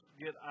get